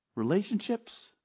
Relationships